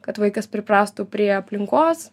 kad vaikas priprastų prie aplinkos